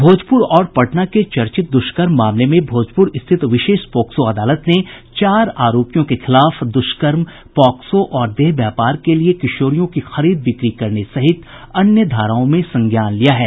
भोजपुर और पटना के चर्चित दुष्कर्म मामले में भोजपुर स्थित विशेष पॉक्सो अदालत ने चार आरोपियों के खिलाफ दुष्कर्म पॉक्सो और देह व्यापार के लिए किशोरियों की खरीद बिक्री करने सहित अन्य धाराओं में संज्ञान लिया है